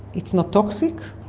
it's not toxic.